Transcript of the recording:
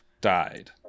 died